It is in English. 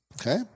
Okay